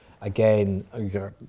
again